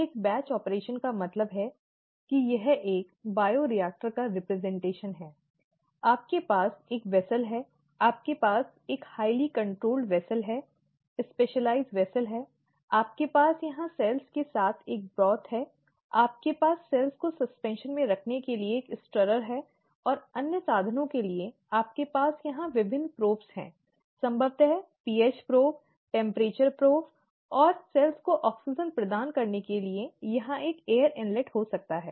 एक बैच संचालन का मतलब है कि यह एक बायोरिएक्टर का प्रतिनिधित्व है आपके पास एक वेसल है आपके पास एक उच्च नियंत्रित वेसल है विशिष्ट वेसल है आपके पास यहां कोशिकाओं के साथ एक ब्रॉथ है आपके पास कोशिकाओं को सस्पेन्शन में रखने के लिए एक स्टरर है और अन्य साधनों के लिए आपके पास यहां विभिन्न प्रोब हैं संभवतया पीएच प्रोब तापमान प्रोब और कोशिकाओं को ऑक्सीजन प्रदान करने के लिए यहां एक एयर इनलेट हो सकता है